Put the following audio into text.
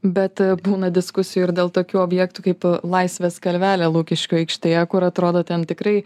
bet būna diskusijų ir dėl tokių objektų kaip laisvės kalvelė lukiškių aikštėje kur atrodo ten tikrai